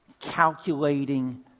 Calculating